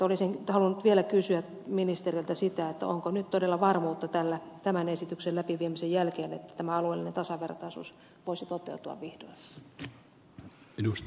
olisin halunnut vielä kysyä ministeriltä sitä onko nyt todella varmuutta tämän esityksen läpi viemisen jälkeen että tämä alueellinen tasavertaisuus voisi toteutua vihdoin